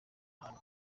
ahantu